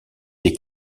des